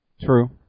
True